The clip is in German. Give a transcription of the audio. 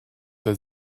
der